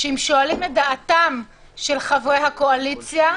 שאם שואלים את דעתם של חברי הקואליציה,